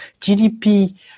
GDP